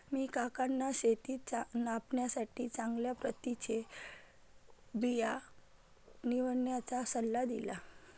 मी काकांना शेतीत नफ्यासाठी चांगल्या प्रतीचे बिया निवडण्याचा सल्ला दिला